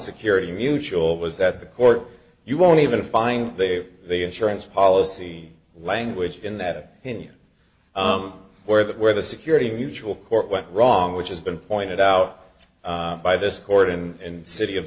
security mutual was that the court you won't even find they the insurance policy language in that union where that where the security mutual court went wrong which has been pointed out by this court in the city of